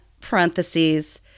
parentheses